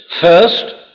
First